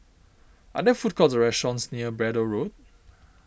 are there food courts or restaurants near Braddell Road